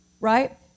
right